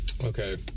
Okay